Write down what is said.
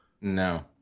No